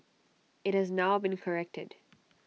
IT has now been corrected